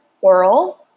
oral